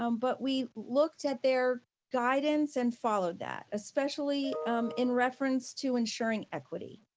um but we looked at their guidance and followed that, especially in reference to ensuring equity.